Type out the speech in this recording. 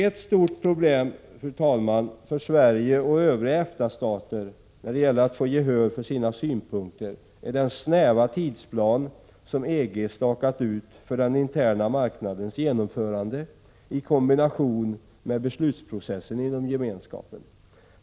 Ett stort problem för Sverige och övriga EFTA-stater när det gäller att få gehör för sina synpunkter är den snäva tidsplan som EG har stakat ut för den interna marknadens genomförande i kombination med beslutsprocessen inom gemenskapen.